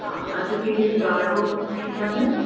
हा अधु किलो ॻाढ़ो शिमला मिर्चु